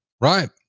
Right